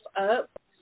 up